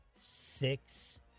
six